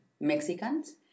Mexicans